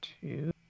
two